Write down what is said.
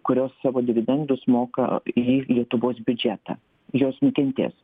kurios savo dividendus moka į lietuvos biudžetą jos nukentės